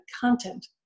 content